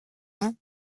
ans